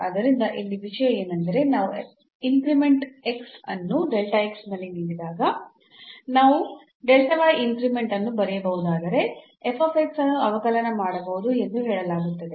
ಆದ್ದರಿಂದ ಇಲ್ಲಿ ವಿಷಯ ಏನೆಂದರೆ ನಾವು ಇನ್ಕ್ರಿಮೆಂಟ್ x ಅನ್ನು ನಲ್ಲಿ ನೀಡಿದಾಗ ನಾವು ಇನ್ಕ್ರಿಮೆಂಟ್ ಅನ್ನು ಬರೆಯಬಹುದಾದರೆ ಅನ್ನು ಅವಕಲನ ಮಾಡಬಹುದು ಎಂದು ಹೇಳಲಾಗುತ್ತದೆ